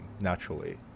naturally